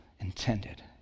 intended